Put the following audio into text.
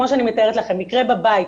כמו שאני מתארת לכם מקרה בבית,